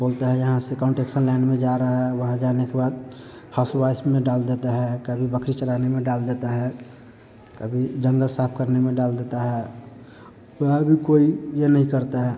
बोलते हैं यहाँ से कन्सट्रक्शन लाइन में जा रहे हैं वहाँ जाने के बाद हाउस में डाल देता है कभी बकरी चराने में डाल देता है कभी जंगल साफ़ करने में डाल देता है वहाँ भी कोई यह नहीं करता है